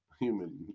Human